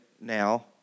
now